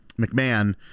mcmahon